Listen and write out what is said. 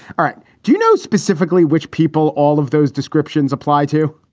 all right. do you know specifically which people all of those descriptions apply to?